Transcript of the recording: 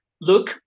look